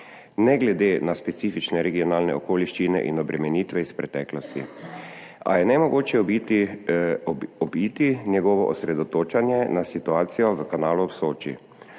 ne glede na specifične regionalne okoliščine in obremenitve iz preteklosti, a je nemogoče obiti njegovo osredotočanje na situacijo v Kanalu ob Soči.